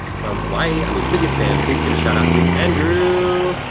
from hawaii, i'm your biggest fan. please give a shout-out to andrew.